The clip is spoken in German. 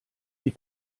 die